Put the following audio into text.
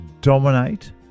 dominate